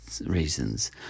reasons